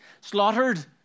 slaughtered